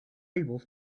able